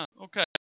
Okay